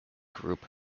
group